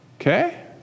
Okay